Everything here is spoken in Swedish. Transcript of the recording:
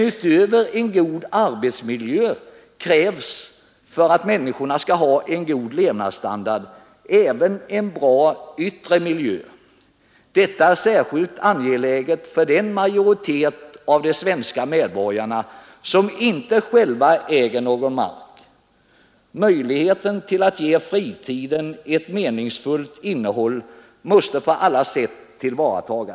Utöver en god arbetsmiljö krävs, för att människorna skall ha en god levnadsstandard, även en bra yttre miljö. Detta är särskilt angeläget för den majoritet av de svenska medborgarna som inte själva äger någon mark. Möjligheten till att ge fritiden ett meningsfullt innehåll måste på alla sätt tillvaratas.